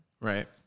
right